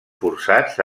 forçats